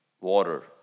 water